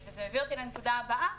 וזה הביא אותי לנקודה הבאה,